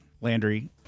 Landry